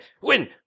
win